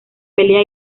pelea